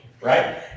right